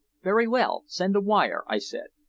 very well. send a wire, i said.